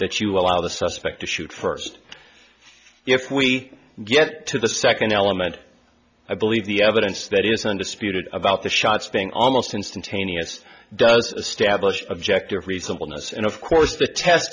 that you allow the suspect to shoot first if we get to the second element i believe the evidence that is undisputed about the shots being almost instantaneous does establish objective reasonable notice and of course the test